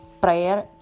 Prayer